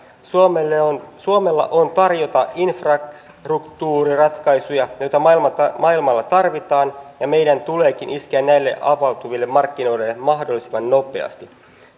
suomella on tarjota infrastruktuuriratkaisuja joita maailmalla tarvitaan ja meidän tuleekin iskeä näille avautuville markkinoille mahdollisimman nopeasti